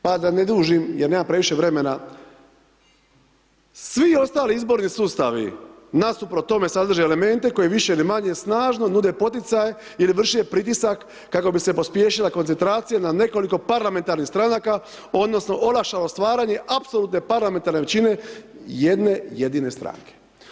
Pa da ne dužim, jer nemam previše vremena, svi ostali izborni sustavi, nasuprot tome, sadrže elemente, koji više ni manje snažno nude poticaje ili vrše pritisak kako bi se pospješila koncentracija na nekoliko parlamentarnih stranaka, odnosno, olakšao stvaranje apsolutne parlamentarne većine jedne jedine stranke.